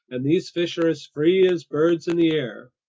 and these fish are as free as birds in the air!